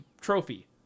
trophy